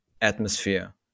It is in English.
atmosphere